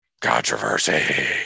Controversy